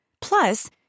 Plus